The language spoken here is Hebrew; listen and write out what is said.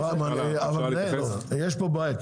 יש בעיה,